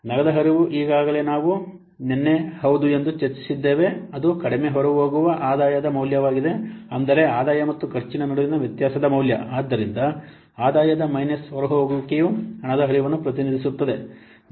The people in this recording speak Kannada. ನಗದು ಹರಿವು ಈಗಾಗಲೇ ನಾವು ನಿನ್ನೆ ಹೌದು ಎಂದು ಚರ್ಚಿಸಿದ್ದೇವೆ ಅದು ಕಡಿಮೆ ಹೊರಹೋಗುವ ಆದಾಯದ ಮೌಲ್ಯವಾಗಿದೆ ಅಂದರೆ ಆದಾಯ ಮತ್ತು ಖರ್ಚಿನ ನಡುವಿನ ವ್ಯತ್ಯಾಸದ ಮೌಲ್ಯ ಆದ್ದರಿಂದ ಆದಾಯದ ಮೈನಸ್ ಹೊರಹೋಗುವಿಕೆಯು ಹಣದ ಹರಿವನ್ನು ಪ್ರತಿನಿಧಿಸುತ್ತದೆ